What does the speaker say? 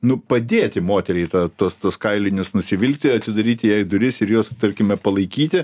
nu padėti moteriai tą tuos tuos kailinius nusivilkti atidaryti jai duris ir jos tarkime palaikyti